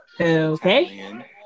Okay